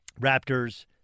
Raptors